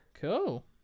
cool